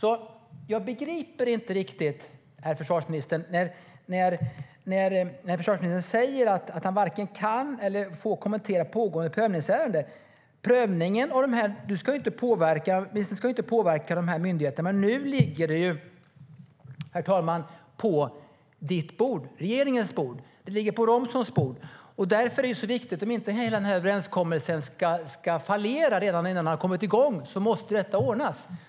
Herr försvarsminister! Jag begriper inte varför försvarsministern säger att han varken kan eller får kommentera pågående prövningsärende. Försvarsministern ska inte påverka myndigheter, men nu ligger det på regeringens och Romsons bord. Om inte överenskommelsen ska fallera innan den har kommit igång är det viktigt att detta ordnas.